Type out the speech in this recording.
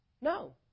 No